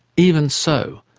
even so,